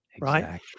right